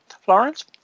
Florence